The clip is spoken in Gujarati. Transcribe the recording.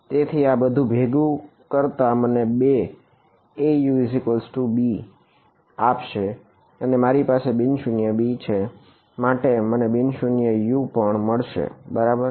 તેથી આ બધું ભેગું કરતા તે મને Aub આપશે અને મારી પાસે બિન શૂન્ય b છે માટે મને બિન શૂન્ય u પણ મળશે બરાબર